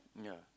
yeah